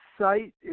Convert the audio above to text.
site